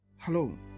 Hello